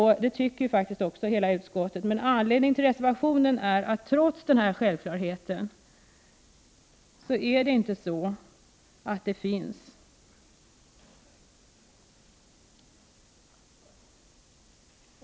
Det tycker också hela utskottet, men anledningen till reservationen är att sådana utrymmen trots självklarheten inte finns.